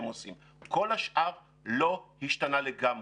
כל השאר לא השתנה לגמרי.